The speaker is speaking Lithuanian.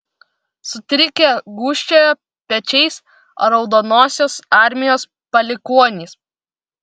sutrikę gūžčiojo pečiais raudonosios armijos palikuonys